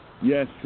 Yes